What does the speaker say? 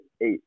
eight